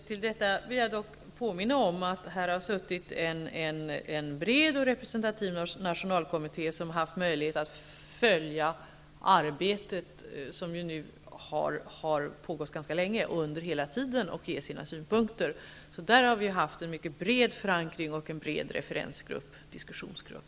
Herr talman! Jag vill dock påminna om att här har suttit en bred och representativ nationalkommitté, som under hela tiden har haft möjlighet att följa arbetet, som nu har pågått ganska länge, och att ge sina synpunkter. Där har vi haft en mycket bred förankring och en bred diskussionsgrupp.